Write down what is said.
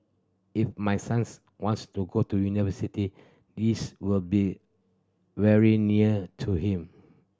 if my sons wants to go to university this will be very near to him